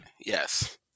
yes